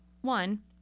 One